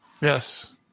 Yes